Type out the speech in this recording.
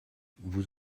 vous